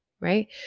right